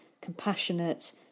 compassionate